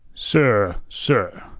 sir, sir,